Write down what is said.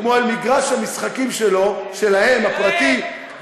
כמו אל מגרש המשחקים שלהם הפרטי,